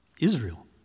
Israel